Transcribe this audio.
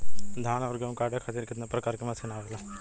धान और गेहूँ कांटे खातीर कितना प्रकार के मशीन आवेला?